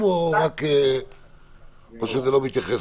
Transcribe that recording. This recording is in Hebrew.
אתם רואים שאני עושה את הדיון הזה בשעות לא